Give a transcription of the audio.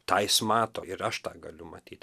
tą jis mato ir aš tą galiu matyt